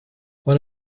one